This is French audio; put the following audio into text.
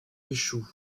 échouent